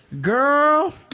girl